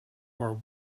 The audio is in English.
war